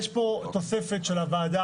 יש פה תוספת של הוועדה,